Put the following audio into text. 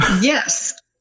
Yes